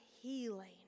healing